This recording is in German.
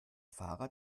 fahrer